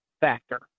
factor